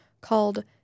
called